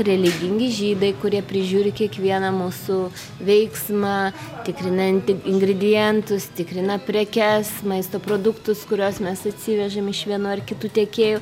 religingi žydai kurie prižiūri kiekvieną mūsų veiksmą tikrina ingredientus tikrina prekes maisto produktus kuriuos mes atsivežam iš vienų ar kitų tiekėjų